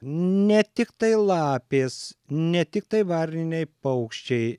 ne tiktai lapės ne tiktai varniniai paukščiai